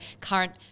current –